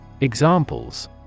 Examples